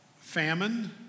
famine